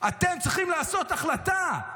אתם צריכים לעשות החלטה,